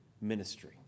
ministry